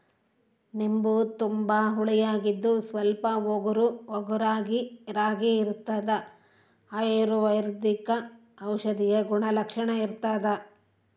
ನಿಂಬು ತುಂಬಾ ಹುಳಿಯಾಗಿದ್ದು ಸ್ವಲ್ಪ ಒಗರುಒಗರಾಗಿರಾಗಿರ್ತದ ಅಯುರ್ವೈದಿಕ ಔಷಧೀಯ ಗುಣಲಕ್ಷಣ ಇರ್ತಾದ